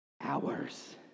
hours